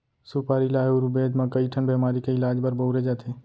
सुपारी ल आयुरबेद म कइ ठन बेमारी के इलाज बर बउरे जाथे